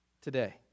today